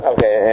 Okay